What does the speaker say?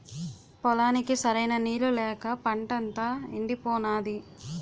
పొలానికి సరైన నీళ్ళు లేక పంటంతా యెండిపోనాది